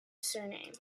surname